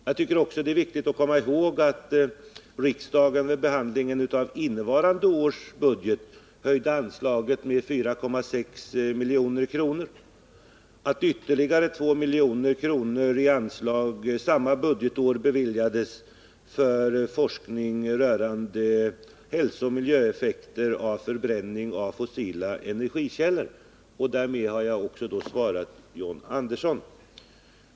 Det är också viktigt att komma ihåg att riksdagen vid behandlingen av innevarande års budget höjde anslaget med 4,6 milj.kr., att ytterligare 2 milj.kr. i anslag samma budgetår beviljades för forskning rörande hälsooch miljöeffekter av förbränning av fossila energikällor. Därmed har jag också svarat John Andersson.